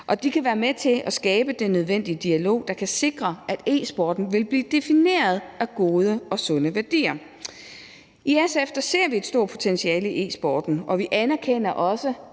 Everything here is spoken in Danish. Det kan være med til at skabe den nødvendige dialog, der kan sikre, at e-sporten vil blive defineret af gode og sunde værdier. I SF ser vi et stort potentiale i sporten, og vi anerkender også